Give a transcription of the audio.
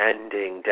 Ending